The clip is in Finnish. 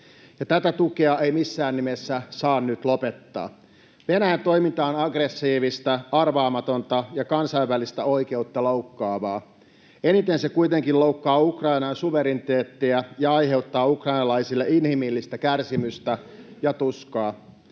tätä tukea ei missään nimessä saa nyt lopettaa. Venäjän toiminta on aggressiivista, arvaamatonta ja kansainvälistä oikeutta loukkaavaa. Eniten se kuitenkin loukkaa Ukrainan suvereniteettia ja aiheuttaa ukrainalaisille inhimillistä kärsimystä ja tuskaa.